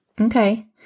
Okay